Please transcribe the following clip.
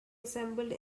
assembled